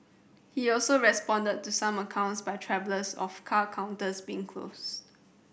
he also responded to some accounts by travellers of car counters being closed